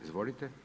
Izvolite.